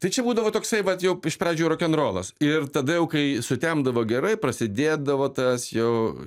tai čia būdavo toksai vat jau iš pradžių rokenrolas ir tada jau kai sutemdavo gerai prasidėdavo tas jau